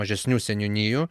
mažesnių seniūnijų